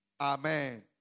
Amen